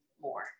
more